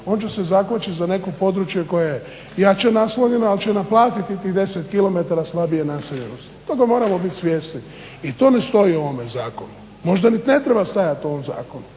On će se zakvačit za neko područje koje je jače naseljeno ali će naplatiti tih 10 km slabije naseljenosti. Toga moramo biti svjesni i to ne stoji u ovome zakonu. Možda i ne treba stajati u ovom zakonu.